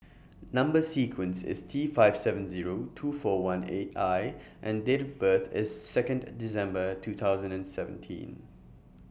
Number sequence IS T five seven Zero two four one eight I and Date of birth IS Second December two thousand and seventeen